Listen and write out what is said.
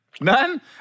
None